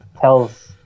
tells